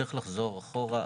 צריך לחזור אחורה,